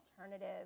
alternative